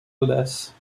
audace